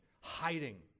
hiding